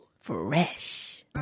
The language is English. fresh